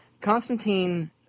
Constantine